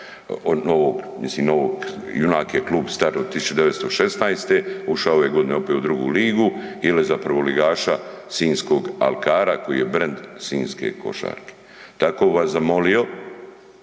novog, Junak je klub star od 1916., ušao je ove godine opet u drugu ligu ili za prvoligaša sinjskog Alkara koji je brand sinjske košarke. Tako bi vas zamolio